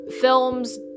films